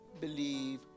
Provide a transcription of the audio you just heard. believe